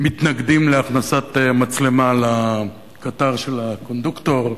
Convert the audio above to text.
מתנגדים להכנסת מצלמה לקטר של הקונדוקטור,